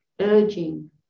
urging